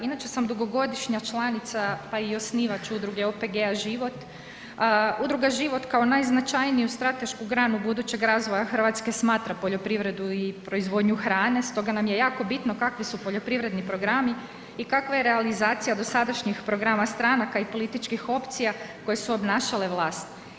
Inače sam dugogodišnja članica pa i osnivač udruge OPG-a Život, udruga Život kao najznačajniju stratešku granu budućeg razvoja Hrvatske smatra poljoprivredu i proizvodnju hrane stoga nam je jako bitno kakvi su poljoprivredni programi i kakva je realizacija dosadašnjih programa stranaka i političkih opcija koje su obnašale vlast.